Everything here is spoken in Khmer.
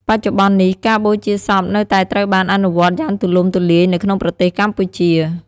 បច្ចុប្បន្ននេះ ការបូជាសពនៅតែត្រូវបានអនុវត្តយ៉ាងទូលំទូលាយនៅក្នុងប្រទេសកម្ពុជា។